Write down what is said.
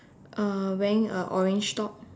uh wearing a orange top